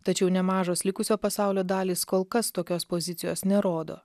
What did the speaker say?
tačiau nemažos likusio pasaulio dalys kol kas tokios pozicijos nerodo